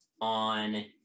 on